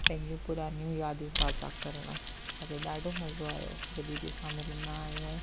पंहिंजियूं पुराणियूं यादियूं ताज़ा करणु असांखे ॾाढो मज़ो आयो जॾहिं बि असां मिलंदा आहियूं